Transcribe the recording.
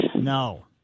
No